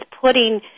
putting